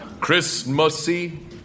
Christmassy